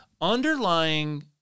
underlying